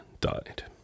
died